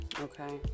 okay